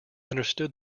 understood